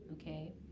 okay